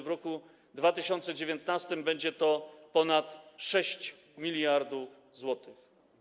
W roku 2019 będzie to ponad 6 mld zł.